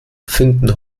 finden